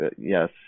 yes